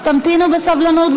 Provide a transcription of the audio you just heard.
אז תמתינו בסבלנות,